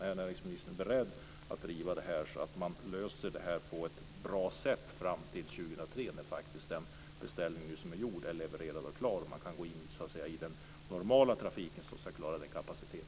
Är näringsministern beredd att driva att problemet löses på ett bra sätt fram till 2003 när den gjorda beställningen är levererad och klar och man går in i den normala trafiken som ska klara utlovad kapacitet?